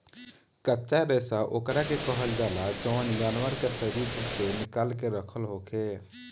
कच्चा रेशा ओकरा के कहल जाला जवन जानवर के शरीर से निकाल के रखल होखे